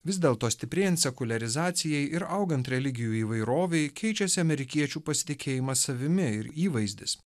vis dėlto stiprėjant sekuliarizacijai ir augant religijų įvairovei keičiasi amerikiečių pasitikėjimas savimi ir įvaizdis